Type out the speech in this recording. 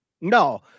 No